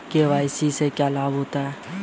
KYC से क्या लाभ होता है?